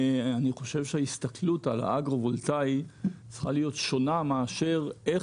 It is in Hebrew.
אני חושב שההסתכלות על אגרו-וולטאי צריכה להיות שונה מאשר "איך